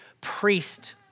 priest